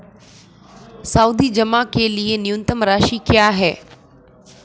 सावधि जमा के लिए न्यूनतम राशि क्या है?